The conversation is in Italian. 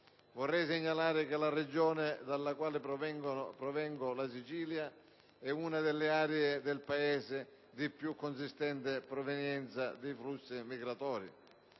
Vorrei segnalare che la mia Regione, la Sicilia, è una delle aree del Paese di più consistente provenienza dei flussi migratori.